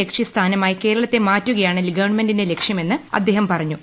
ലക്ഷ്യ സ്ഥാനമായി കേരളത്തെ മാ്റ്റുകയാണ് ഗവൺമെന്റിന്റെ ലക്ഷ്യമെന്ന് അദ്ദേഹം പറഞ്ഞു